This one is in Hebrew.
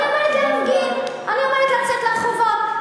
אני אומרת להפגין, אני אומרת לצאת לרחובות.